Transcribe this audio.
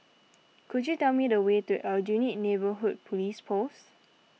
could you tell me the way to Aljunied Neighbourhood Police Post